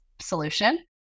solution